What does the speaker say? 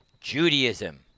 Judaism